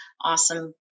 awesome